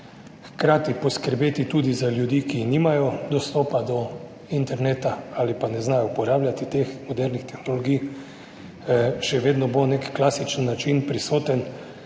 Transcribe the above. Hkrati poskrbeti tudi za ljudi, ki nimajo dostopa do interneta ali pa ne znajo uporabljati teh modernih tehnologij, še vedno bo nek klasičen način prisoten.